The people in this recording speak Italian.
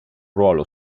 ruolo